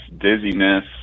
dizziness